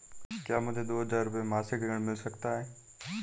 क्या मुझे दो हज़ार रुपये मासिक ऋण मिल सकता है?